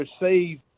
receive